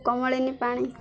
କମଳିନି ପାଣି